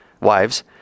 wives